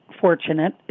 fortunate